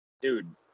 dude